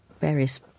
various